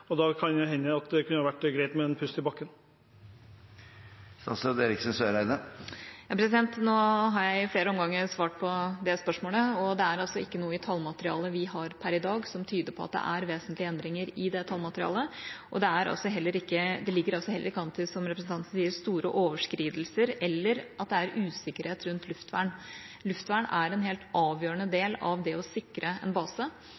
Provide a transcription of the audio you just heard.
og da kan det hende at det kunne vært greit med en pust i bakken. Nå har jeg i flere omganger svart på det spørsmålet. Det er ikke noe i tallmaterialet vi har per i dag, som tyder på at det er vesentlige endringer, og det ligger heller ikke an til, som representanten sier, «store overskridelser» eller at det er usikkerhet rundt luftvern. Luftvern er en helt avgjørende del av det å sikre en base.